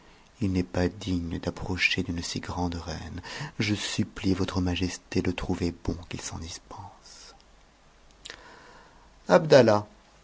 i n'est pas digne d'approcher d'une si grande reine je supplie votre majesté de trouver bon qu'il s'en dispense abdallah